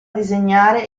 disegnare